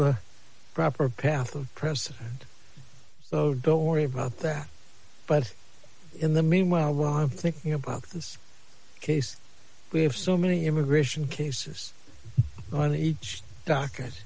the proper path of press so don't worry about that but in the meanwhile while i'm thinking about this case we have so many immigration cases on each docket